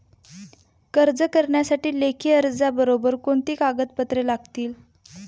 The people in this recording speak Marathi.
कर्ज करण्यासाठी लेखी अर्जाबरोबर कोणती कागदपत्रे लागतील?